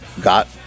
got